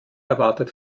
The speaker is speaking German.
erwartet